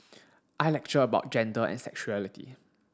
I lecture about gender and sexuality